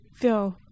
feel